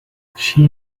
she